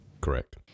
Correct